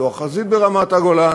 לפתוח חזית ברמת-הגולן.